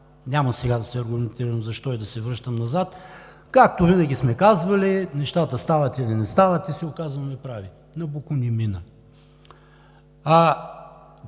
Няма сега да се аргументирам защо и да се връщам назад. Както винаги сме казвали, нещата стават или не стават и се оказваме прави – „Набуко“ не мина.